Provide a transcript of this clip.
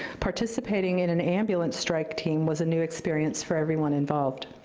participating in an ambulance strike team was a new experience for everyone involved.